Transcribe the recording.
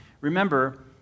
Remember